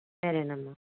సరేనమ్మా